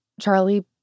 Charlie